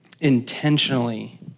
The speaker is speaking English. intentionally